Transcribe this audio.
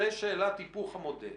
זו שאלת היפוך המודל